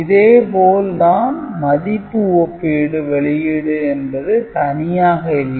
இதேபோல் தான் மதிப்பு ஒப்பீடு வெளியீடு என்பது தனியாக இல்லை